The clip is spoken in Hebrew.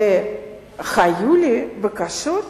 היו לי בקשות,